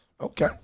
Okay